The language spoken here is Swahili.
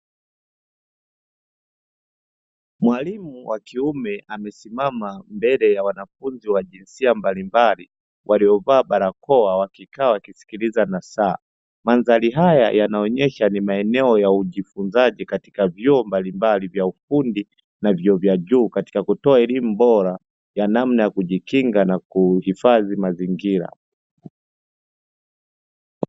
Mwalimu wa kiume amesimama mbele ya wanafunzi wa jinsia mbalimbali waliovaa barakoa waliokaa wakisikiliza nasaha, mandhari haya yanaonyesha ni maeneo ya ujifunzaji katika vyuo mbalimbali vya ufundi na vya juu na kutoa elimu bora ya namna ya kujikinga na kuhifadhi mazingira.